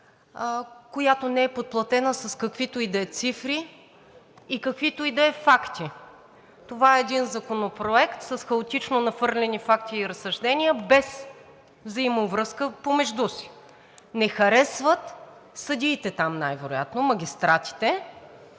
която не е подплатена с каквито и да е цифри и каквито и да е факти. Това е един законопроект с хаотично нахвърляни факти и разсъждения, без взаимовръзка помежду си. Не харесват съдиите там, най-вероятно – магистратите,